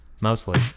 Mostly